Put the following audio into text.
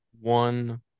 one